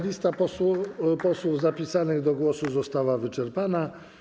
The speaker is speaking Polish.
Lista posłów zapisanych do głosu została wyczerpana.